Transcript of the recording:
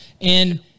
and-